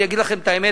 אני אגיד לכם את האמת,